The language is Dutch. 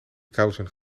kousen